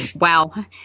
Wow